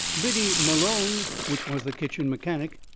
biddy malone, which was the kitchen mechanic,